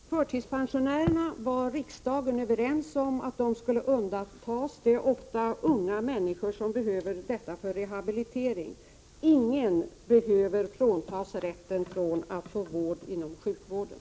10 november 1988 = Herr talman! Riksdagen var överens om att förtidspensionärerna skulle undantas. Det är ofta unga människor, som behöver detta år för rehabilitering. Ingen skall fråntas rätten att få vård inom sjukvården.